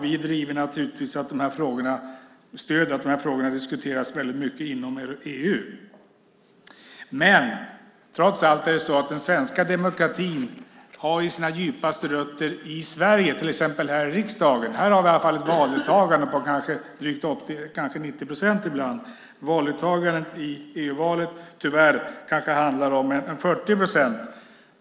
Vi stöder naturligtvis att de här frågorna diskuteras mycket inom EU. Den svenska demokratin har trots allt sina djupaste rötter i Sverige, till exempel här i riksdagen. Här har vi ett valdeltagande på 80-90 procent ibland. Valdeltagandet i EU-valet är tyvärr kanske bara 40 procent.